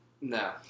No